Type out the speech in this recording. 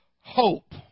hope